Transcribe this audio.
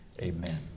Amen